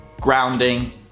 grounding